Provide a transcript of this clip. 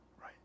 Right